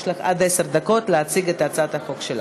יש לך עד עשר דקות להציג את הצעת החוק שלך.